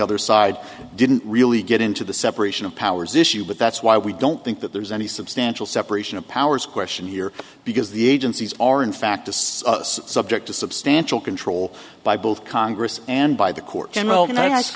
other side didn't really get into the separation of powers issue but that's why we don't think that there's any substantial separation of powers question here because the agencies are in fact it's subject to substantial control by both congress and by the court general and i ask